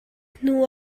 hnu